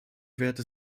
werte